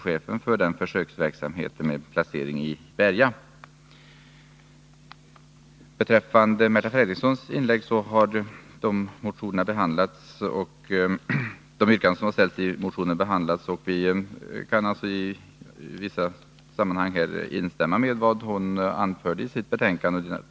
Chefen för denna försöksverksamhet har placering i Berga. Beträffande de motioner som Märta Fredrikson tog uppi sitt inlägg, så har yrkandena som ställts i dem behandlats. Vi kan alltså på vissa punkter instämma i vad Märta Fredrikson anförde i sitt anförande.